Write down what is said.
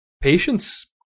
Patience